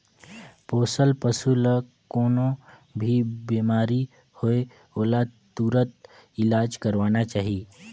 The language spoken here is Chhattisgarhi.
पोसल पसु ल कोनों भी बेमारी होये ओला तुरत इलाज करवाना चाही